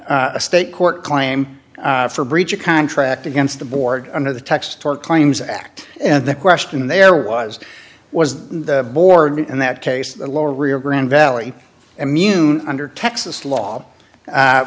a state court claim for breach of contract against the board under the texas tort claims act and the question there was was that the board in that case the lower rio grande valley immune under texas law